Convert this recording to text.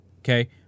Okay